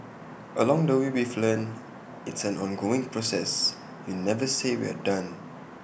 along the way we've learnt it's an ongoing process you never say we're done